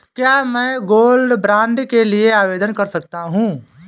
क्या मैं gold bond के लिए आवेदन कर सकता हूं?